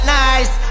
nice